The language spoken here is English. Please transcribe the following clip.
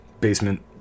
basement